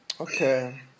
Okay